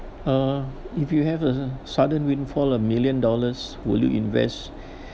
uh if you have a sudden windfall a million dollars will you invest